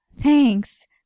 Thanks